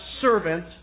servant